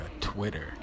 Twitter